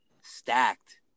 stacked